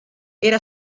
era